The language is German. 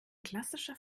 klassischer